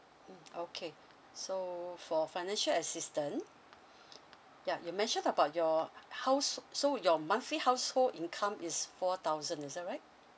mmhmm okay so for financial assistance yeah you mention about your house so your monthly household income is four thousand is that right